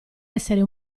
essere